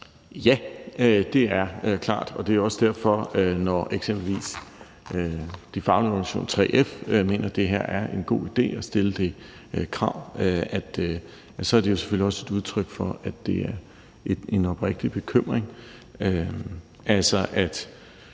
Ja. Det er klart, og det er også derfor, at faglige organisationer som 3F mener, at det er en god idé at stille det her krav. Og så er det jo selvfølgelig også et udtryk for, at det er en oprigtig bekymring.